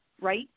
right